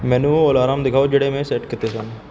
ਮੈਨੂੰ ਉਹ ਅਲਾਰਮ ਦਿਖਾਓ ਜਿਹੜੇ ਮੈਂ ਸੈੱਟ ਕੀਤੇ ਹਨ